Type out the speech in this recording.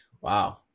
Wow